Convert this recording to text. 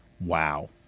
wow